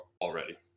already